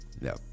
No